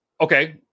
okay